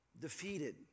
defeated